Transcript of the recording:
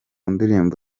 ndirimbo